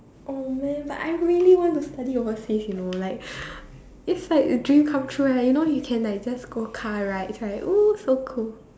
oh man but I really want to study overseas you know like is like a dream come true right you know you can like just go car rides right !woo! so cool